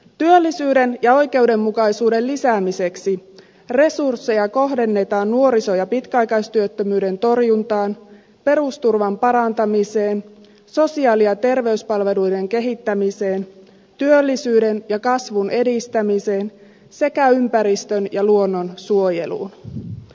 työllisyyden ja oikeudenmukaisuuden lisäämiseksi resursseja kohdennetaan nuoriso ja pitkäaikaistyöttömyyden torjuntaan perusturvan parantamiseen sosiaali ja terveyspalveluiden kehittämiseen työllisyyden ja kasvun edistämiseen sekä ympäristön ja luonnonsuojeluun